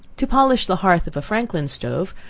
to polish the hearth of a franklin stove,